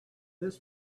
this